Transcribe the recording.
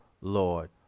Lord